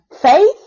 faith